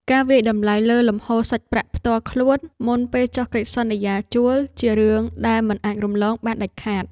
ការវាយតម្លៃលើលំហូរសាច់ប្រាក់ផ្ទាល់ខ្លួនមុនពេលចុះកិច្ចសន្យាជួលជារឿងដែលមិនអាចរំលងបានដាច់ខាត។